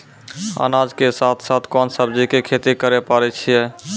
अनाज के साथ साथ कोंन सब्जी के खेती करे पारे छियै?